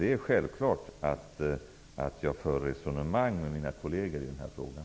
Det är självklart att jag för resonemang med mina kolleger i den här frågan.